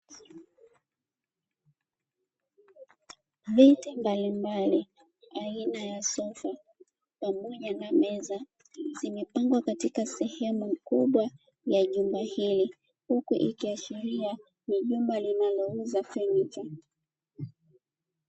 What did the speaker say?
Viti mbalimbali aina ya sofa pamoja na meza zimepangwa katika sehemu kubwa ya jumba hili, huku ikiashiria ni jumba linalouza fenicha.